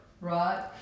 Right